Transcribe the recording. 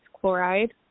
chloride